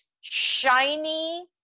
shiny